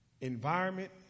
Environment